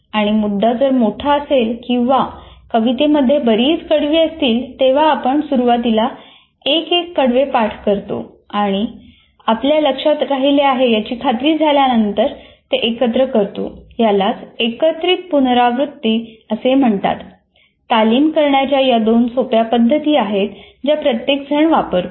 आणि मुद्दा जर मोठा असेल किंवा कवितेमध्ये बरीच कडवी असतील तेव्हा आपण सुरुवातीला एक एक कडवे पाठ करतो आणि आपल्या लक्षात राहिले आहे याची खात्री झाल्यानंतर ते एकत्र करतो यालाच एकत्रित पुनरावृत्ती असे म्हणतात तालीम करण्याच्या या दोन सोप्या पद्धती आहेत ज्या प्रत्येक जण वापरतो